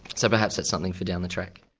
so perhaps that's something for down the track.